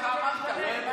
שמעתי שככה אמרת.